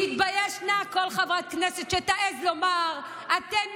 תתבייש לה כל חברת כנסת שתעז לומר: אתן,